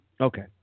Okay